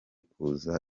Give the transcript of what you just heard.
kuza